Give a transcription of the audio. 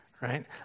right